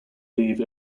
leave